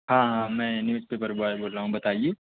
ہاں ہاں میں نیوز پیپر بوائے بول رہا ہوں بتائیے